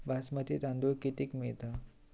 बासमती तांदूळ कितीक मिळता?